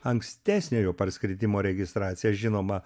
ankstesniojo parskridimo registracija žinoma